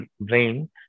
brain